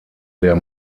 der